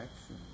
action